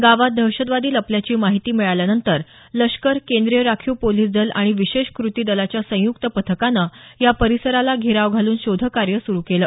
गावात दहशतवादी लपल्याची माहिती मिळाल्यानंतर लष्कर केंद्रीय राखीव पोलिस दल आणि विशेष कृती दलाच्या संयुक्त पथकानं या परिसराला घेराव घालून शोधकार्य सुरू केलं